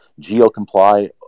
GeoComply